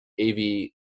AV